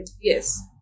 Yes